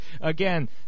Again